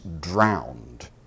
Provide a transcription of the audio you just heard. drowned